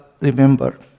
remember